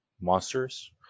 monsters